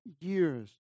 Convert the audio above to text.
years